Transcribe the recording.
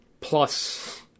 plus